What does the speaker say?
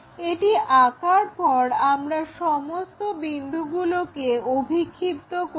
এটা আঁকার পর আমরা সমস্ত বিন্দুগুলোকে অভিক্ষিপ্ত করব